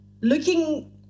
looking